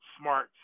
smart